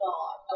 God